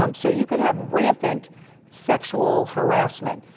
um so you could have rampant sexual harassment.